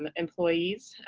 ah employees,